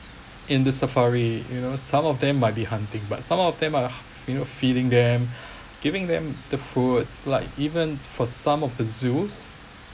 in the safari you know some of them might be hunting but some of them are you know feeding them giving them the food like even for some of the zoos